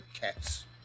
cats